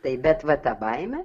taip bet va tą baimę